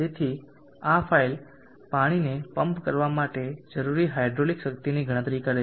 તેથી આ ફાઇલ પાણીને પંપ કરવા માટે જરૂરી હાઇડ્રોલિક શક્તિની ગણતરી કરે છે